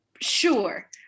Sure